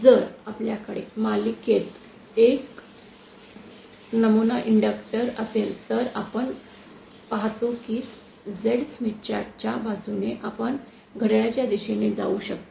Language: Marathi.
जर आपल्याकडे मालिकेत एक नमुना इंडक्टर् असेल तर आपण पाहतो की Z स्मिथ चार्ट च्या बाजूने आपण घड्याळाच्या दिशेने जाऊ शकतो